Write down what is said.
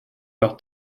par